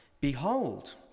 Behold